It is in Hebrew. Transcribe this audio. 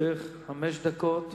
לרשותך חמש דקות.